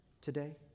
today